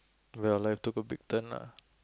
well life took a big turn lah